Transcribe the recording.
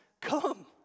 come